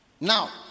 Now